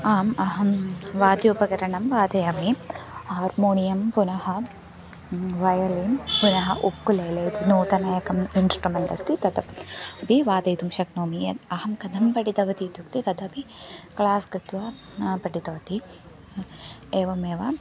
आम् अहं वाद्य उपकरणं वादयामि हार्मोनियं पुनः वायलिन् पुनः उक्कुललर् नूतनम् एकं इन्श्ट्रुमेन्ट् अस्ति तदपि वादयितुं शक्नोमि यद् अहं कथं पठितवती इत्युक्ते तदपि क्लास् गत्वा न पठितवती एवमेव